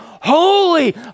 holy